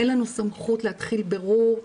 אין לנו סמכות להתחיל בירור.